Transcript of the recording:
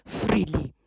freely